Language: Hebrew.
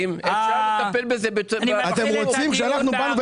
להם אתם לא דואגים,